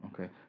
Okay